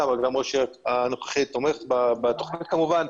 גם ראש העיר הנוכחי תומך בתכנית כמובן,